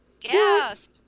yes